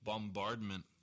Bombardment